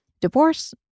divorce